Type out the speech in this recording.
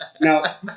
Now